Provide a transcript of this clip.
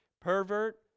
Pervert